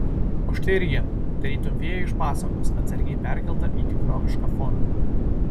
o štai ir ji tarytum fėja iš pasakos atsargiai perkelta į tikrovišką foną